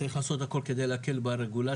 צריך לעשות הכל כדי להקל ברגולציה,